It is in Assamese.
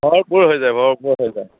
ভৰপুৰ হৈ যায় ভৰপুৰ হৈ যায়